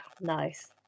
nice